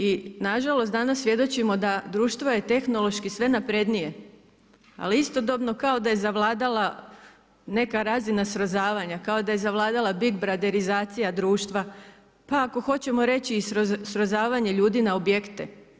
I na žalost danas svjedočimo da društvo je tehnološki sve naprednije, ali istodobno kao da je zavladala neka razina srozavanja, kao da je zavladala „big braderizacija“ društva, pa ako hoćemo reći i srozavanje ljudi na objekte.